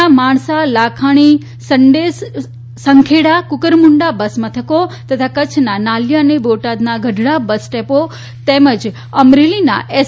ના માણસા લાખણી સંખેડા અને કુકરમૂંડા બસમથકો તથા કચ્છના નલિયા અને બોટાદના ગઢડા બસ ડેપો તેમજ અમરેલીમાં એસ